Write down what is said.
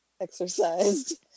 exercised